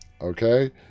Okay